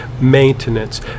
maintenance